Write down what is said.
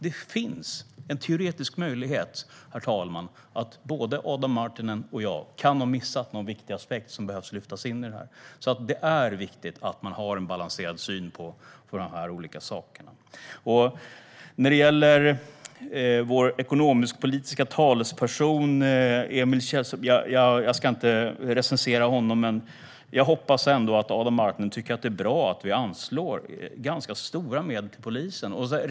Det finns en teoretisk möjlighet att både Adam Marttinen och jag kan ha missat någon viktig aspekt som behöver lyftas fram i detta sammanhang. Det är viktigt att man har en balanserad syn på dessa olika saker. När det gäller vår ekonomisk-politiske talesperson Emil Källström ska jag inte recensera honom. Men jag hoppas ändå att Adam Marttinen tycker att det är bra att vi anslår ganska stora medel till polisen.